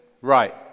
Right